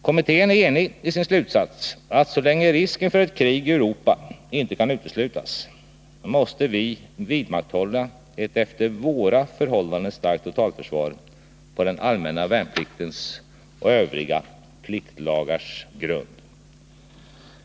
Kommittén är enig i sin slutsats att så länge risken för ett krig i Europa inte kan uteslutas, måste vi vidmakthålla ett efter våra förhållanden starkt totalförsvar på den allmänna värnpliktens och övriga pliktlagars grund.